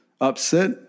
upset